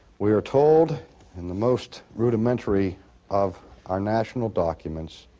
we are told in the most rudimentary of our national documents